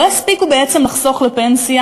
לא הספיקו בעצם לחסוך לפנסיה,